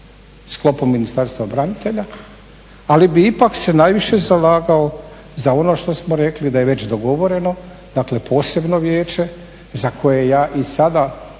sklopu Ministarstva branitelja ali bi ipak se najviše zalagao za ono što smo rekli da je već dogovoreno, dakle posebno vijeće za koje ja i sada